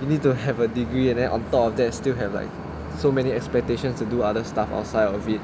you need to have a degree and then on top of that still have like so many expectations to do other stuff outside of it